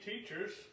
teachers